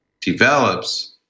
develops